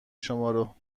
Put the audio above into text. شمارو